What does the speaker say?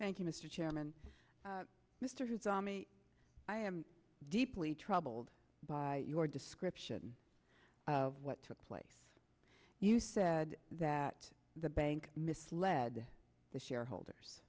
thank you mr chairman mr who saw me i am deeply troubled by your description of what took place you said that the bad misled the shareholders